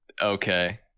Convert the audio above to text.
okay